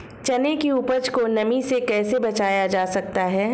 चने की उपज को नमी से कैसे बचाया जा सकता है?